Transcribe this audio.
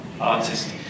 artist